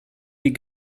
die